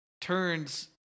turns